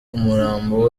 umurambo